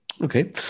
Okay